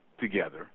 together